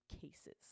cases